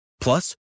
Plus